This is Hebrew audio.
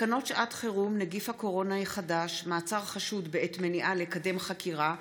תקנות שעת חירום (נגיף הקורונה החדש) (מעצר חשוד בעת מניעה לקדם חקירה),